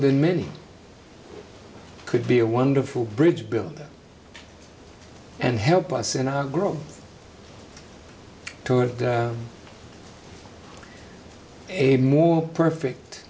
than many could be a wonderful bridge builder and help us in our world toward a more perfect